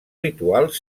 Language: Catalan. rituals